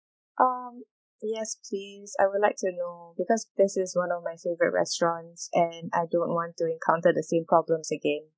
um yes please I'd like to know because this is one of my favorite restaurants and I don't want to encounter the same problems again